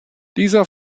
dieser